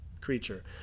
creature